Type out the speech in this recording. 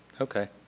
Okay